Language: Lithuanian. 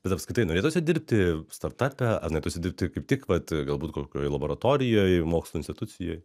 bet apskritai norėtųsi dirbti startape ar norėtųsi dirbti kaip tik vat galbūt kokioj laboratorijoj mokslo institucijoj